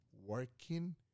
working